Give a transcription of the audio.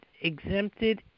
exempted